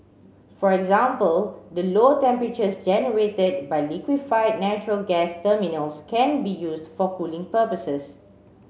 for example the low temperatures generated by liquefied natural gas terminals can be used for cooling purposes